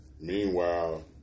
Meanwhile